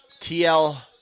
TL